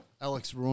Alex